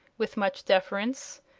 with much deference.